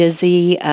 busy